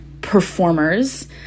performers